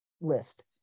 list